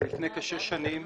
לפני כשש שנים